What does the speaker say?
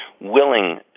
willing